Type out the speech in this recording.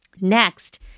Next